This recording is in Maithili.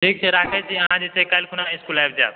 ठीक छै राखैत छी अहाँ जे छै काल्हि खुना इस्कुल आबि जायब